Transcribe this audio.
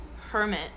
Hermit